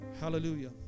Hallelujah